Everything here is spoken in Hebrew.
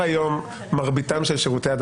כבר היום מרבית שירותי הדת